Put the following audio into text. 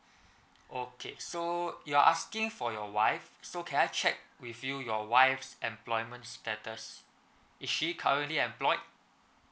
okay so you're asking for your wife so can I check with you your wife's employment status is she currently employed